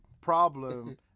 problem